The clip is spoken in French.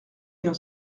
bien